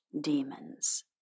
demons